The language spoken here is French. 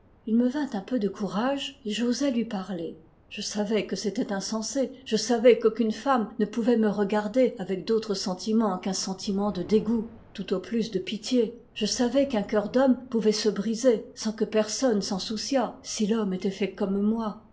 il me vint un peu de courage et j'osai lui parler je savais que c'était insensé je savais qu'aucune femme ne pouvait me regarder avec d'autre sentiment qu'un sentiment de dégoût tout au plus de pitié je savais qu'un cœur d'homme pouvait se briser sans que personne s'en souciât si l'homme était fait comme moi